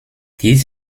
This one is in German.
dies